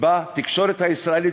בתקשורת הישראלית,